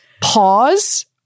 pause